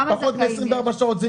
שבוע זה הרבה זמן, אפשר ב-24 שעות, זה